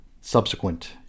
subsequent